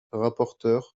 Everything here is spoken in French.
rapporteur